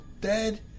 dead